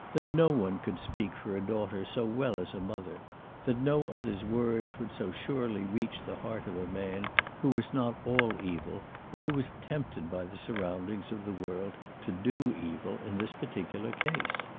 that no one could speak for a daughter so well as a mother that no other's words would so surely reach the heart of a man who was not all evil but who was tempted by the surroundings of the world to do evil in this particular case.